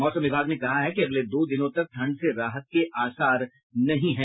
मौसम विभाग ने कहा है कि अगले दो दिनों तक ठंड से राहत के आसार नहीं हैं